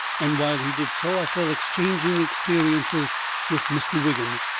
and while he did so i fell exchanging experiences with mr. wiggins.